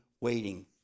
waiting